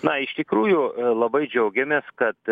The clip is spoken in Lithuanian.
na iš tikrųjų labai džiaugiamės kad